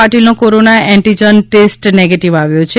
પાટિલનો corona antigen case test negative આવ્યો છે